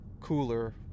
cooler